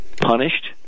punished